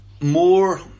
more